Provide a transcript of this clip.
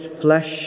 flesh